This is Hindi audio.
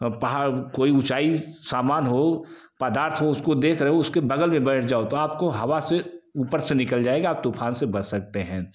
पहाड़ कोई ऊँचाई सामान हो पदार्थ हो उसको देख रहे उसके बग़ल में बैठ जाओ तो आपको हवा से ऊपर निकल जाएगा आप तूफ़ान से बच सकते हैं